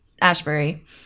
Ashbury